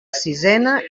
sisena